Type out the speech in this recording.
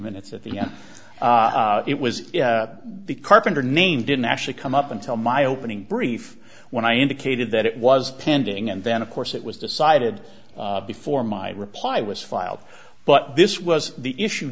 minutes of the it was the carpenter name didn't actually come up until my opening brief when i indicated that it was pending and then of course it was decided before my reply was filed but this was the issue